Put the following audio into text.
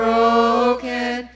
broken